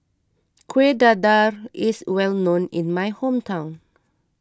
Kueh Dadar is well known in my hometown